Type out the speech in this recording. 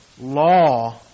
law